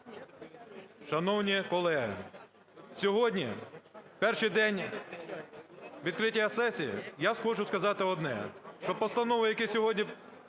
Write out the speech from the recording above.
шановні колеги, сьогодні, в перший день відкриття сесії, я хочу сказати одне, що постанови, які сьогодні